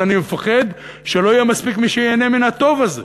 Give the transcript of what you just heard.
אבל אני פוחד שלא יהיה מספיק מי שייהנה מהטוב הזה.